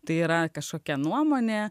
tai yra kažkokia nuomonė